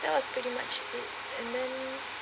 that was pretty much it and then